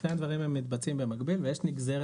שני הדברים מתבצעים במקביל ויש נגזרת